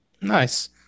Nice